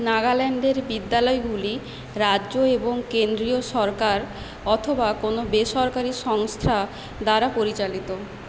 নাগাল্যান্ডের বিদ্যালয়গুলি রাজ্য এবং কেন্দ্রীয় সরকার অথবা কোনো বেসরকারি সংস্থা দ্বারা পরিচালিত